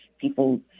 people